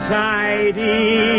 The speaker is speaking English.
tidy